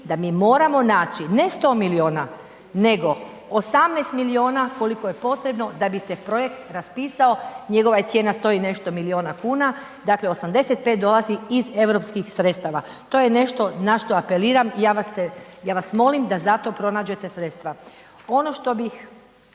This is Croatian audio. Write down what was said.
da mi moramo naći ne 100 milijuna nego 18 milijuna koliko je potrebno da bi se projekt raspisao, njegova je cijena 100 i nešto milijuna kuna, dakle 85 dolazi iz europskih sredstava. To je nešto na što apeliram, ja vas molim da za to pronađete sredstva. Ono što bih